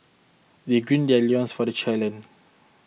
they gird their loins for the challenge